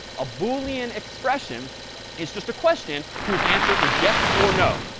a boolean expression it's just a question whose answer is yes or no,